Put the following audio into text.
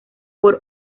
por